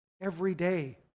everyday